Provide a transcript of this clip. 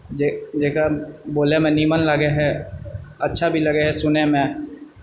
जे जेकर बोलेमे नीमन लागैत हइ अच्छा भी लागैत हइ सुनैमे